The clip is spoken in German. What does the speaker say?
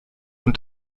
und